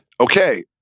Okay